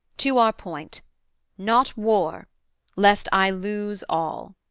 to our point not war lest i lose all